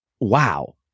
Wow